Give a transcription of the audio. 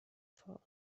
fall